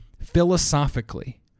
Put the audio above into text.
Philosophically